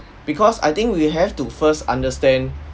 because I think we have to first understand